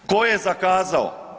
Tko je zakazao?